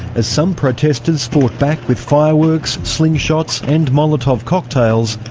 as some protesters fought back with fireworks, slingshots and molotov cocktails,